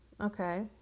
Okay